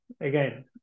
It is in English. again